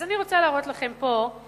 אני רוצה להראות לכם פה,